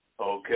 Okay